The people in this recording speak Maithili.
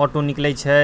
ऑटो निकलै छै